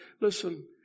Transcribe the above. Listen